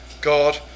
God